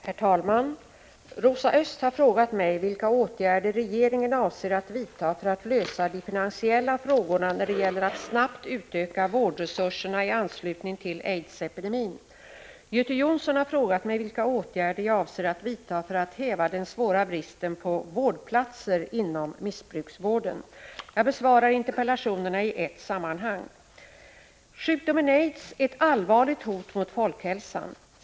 Herr talman! Rosa Östh har frågat mig vilka åtgärder regeringen avser att vidta för att lösa de finansiella frågorna när det gäller att snabbt utöka vårdresurserna i anslutning till aidsepidemin. Göte Jonsson har frågat mig vilka åtgärder jag avser att vidta för att häva den svåra bristen på vårdplatser inom missbrukarvården. Jag besvarar interpellationerna i ett sammanhang. Sjukdomen aids är ett allvarligt hot mot folkhälsan.